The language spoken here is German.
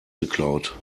geklaut